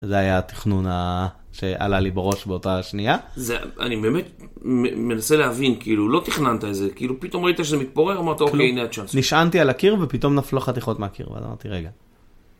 זה היה התכנון שעלה לי בראש באותה השנייה. זה... אני באמת מנסה להבין, כאילו לא תכננת את זה, כאילו פתאום ראית שזה מתפורר אמרת, אוקיי, הנה הצ'אנס. נשענתי על הקיר ופתאום נפלו חתיכות מהקיר ואז אמרתי רגע.